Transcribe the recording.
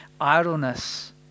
idleness